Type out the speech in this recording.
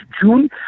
june